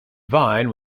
vine